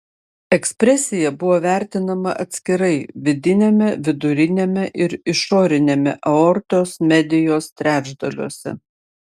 ekspresija buvo vertinama atskirai vidiniame viduriniame ir išoriniame aortos medijos trečdaliuose